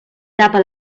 tapa